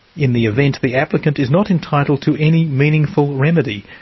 in the event, the applicant is not entitled to any meaningful remedy.